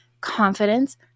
confidence